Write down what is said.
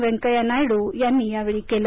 व्यंकय्या नायडू यांनी या वेळी केलं